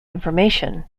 information